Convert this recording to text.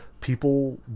people